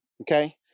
Okay